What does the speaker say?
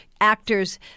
actors